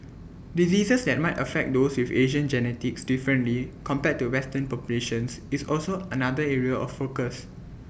diseases that might affect those with Asian genetics differently compared to western populations is also another area of focus